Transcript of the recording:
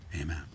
Amen